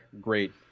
great